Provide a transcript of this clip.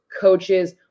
coaches